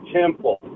temple